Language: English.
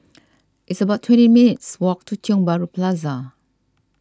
it's about twenty minutes' walk to Tiong Bahru Plaza